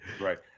Right